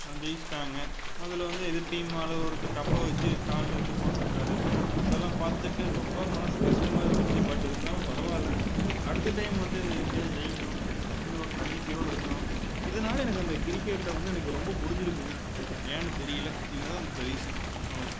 ஜெயிச்சி விட்டாங்க அதில் வந்து எதிர் டீமால் ஒருத்தன் கப்பை வச்சு காலில் வச்சு விட்காந்துட்ருந்தாரு அது எல்லாம் பார்த்துட்டு ரொம்ப மனசு கஷ்டமாக இருந்துச்சு பட் இருந்தாலும் பரவா இல்ல அடுத்த டைம் வந்து இந்தியா ஜெயிக்கும் அப்படின்னு ஒரு நம்பிக்கையோட இருக்கிறோம் இதனால எனக்கு அந்த கிரிக்கெட்டை வந்து எனக்கு ரொம்ப பிடிச்சிருக்குது ஏன்னு தெரியல இதுதான் அந்த ரீசன் அவ்வளவு